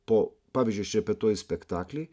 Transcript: po pavyzdžiui aš repetuoju spektaklį